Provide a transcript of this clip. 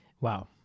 Wow